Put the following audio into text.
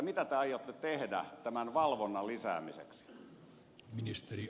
mitä te aiotte tehdä valvonnan lisäämiseksi